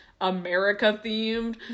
America-themed